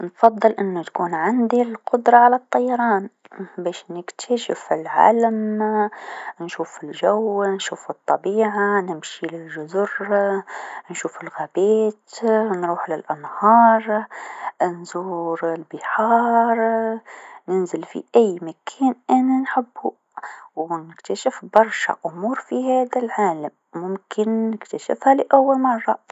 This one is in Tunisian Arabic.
نفضل أنو تكون عندي القدره على طيران باش نكتشف العالم نشوف الجو نشوف الطبيعه نمشي الجزر نشوف الغابات نروح للأنهار أنزور البحار، ننزل في أي مكان أنا نحبو و مكتشف برشا أمور في هذا العالم ممكن نكتشفها لأول مرة.